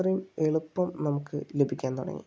അത്രയും എളുപ്പം നമുക്ക് ലഭിക്കാൻ തുടങ്ങി